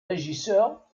regisseur